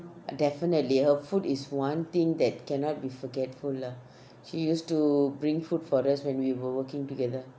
definitely her food is one thing that cannot be forgetful lah she used to bring food for us when we were working together